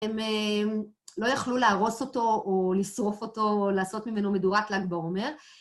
הם לא יכלו להרוס אותו, או לשרוף אותו, או לעשות ממנו מדורת ל"ג בעומר.